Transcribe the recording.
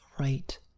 right